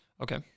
Okay